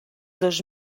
dos